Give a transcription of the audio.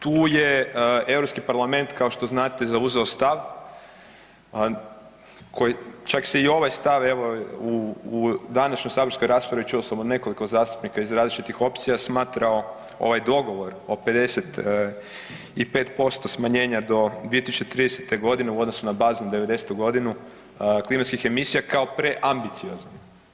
Tu je Europski parlament kao što znate zauzeo stav koji, čak se i ovaj stav evo u današnjoj saborskoj raspravi čuo sam od nekoliko zastupnika iz različitih opcija smatrao ovaj dogovor o 55% smanjenja do 2030. godine u odnosu na baznu devedesetu godinu klimatskih emisija kao preambiciozno.